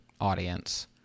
audience